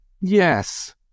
Yes